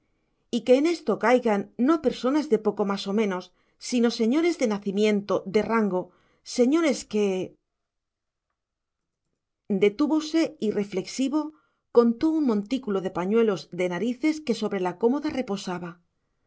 y que en esto caigan no personas de poco más o menos sino señores de nacimiento de rango señores que detúvose y reflexivo contó un montículo de pañuelos de narices que sobre la cómoda reposaba